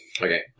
Okay